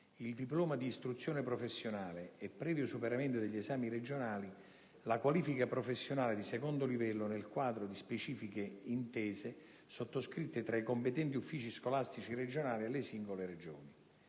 il diploma di istruzione professionale e, previo superamento degli esami regionali, la qualifica professionale di secondo livello nel quadro di specifiche intese sottoscritte tra i competenti uffici scolastici regionali e le singole Regioni.